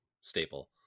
staple